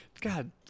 God